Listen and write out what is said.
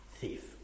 thief